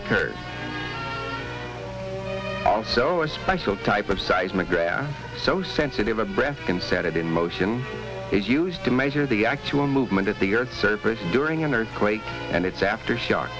occur also a special type of seismographs so sensitive a breath can set in motion is used to measure the actual movement at the earth's surface during an earthquake and its aftershock